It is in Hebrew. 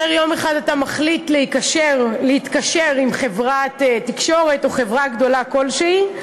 יום אחד אתה מחליט להתקשר עם חברת תקשורת או חברה גדולה כלשהי,